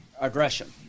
aggression